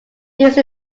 these